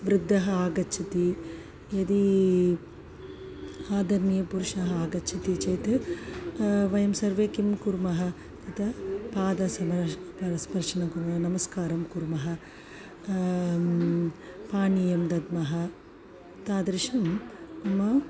वृद्धः आगच्छति यदी आदरणीयपुरुषाः आगच्छन्ति चेत् वयं सर्वे किं कुर्मः यत् पादसनश् पादस्पर्शनं कुरु नमस्कारं कुर्मः पानीयं दद्मः तादृशम् म